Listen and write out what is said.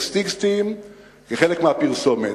כחלק מהפרסומת.